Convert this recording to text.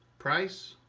price,